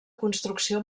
construcció